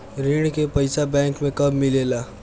ऋण के पइसा बैंक मे कब मिले ला?